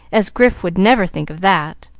as grif would never think of that.